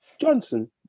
Johnson